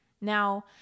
Now